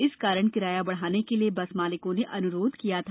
इस कारण किराया बढ़ाने के लिए बस मालिको ने अनुरोध किया था